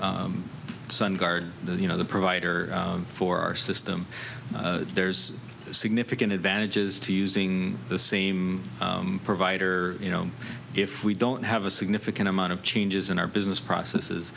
sun guard you know the provider for our system there's significant advantages to using the same provider you know if we don't have a significant amount of changes in our business processes